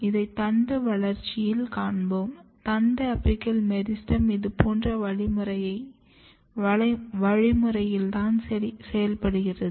இதை தண்டு வளர்ச்சியில் காண்போம் தண்டு அபிக்கல் மெரிஸ்டெம் இதுபோன்ற வழிமுறையில் தான் செயல்படுகிறது